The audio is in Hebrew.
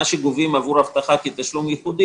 מה שגובים עבור אבטחה כתשלום ייחודי,